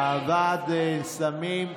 ועדת הכספים.